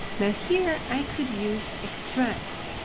now, here, i could use extract.